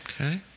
Okay